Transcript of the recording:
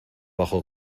bajo